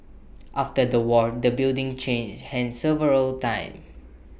after the war the building changed hands several times